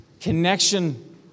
connection